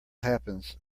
happens